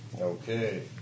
Okay